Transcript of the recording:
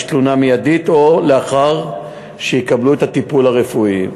תלונה מיידית או לאחר שיקבלו את הטיפול הרפואי.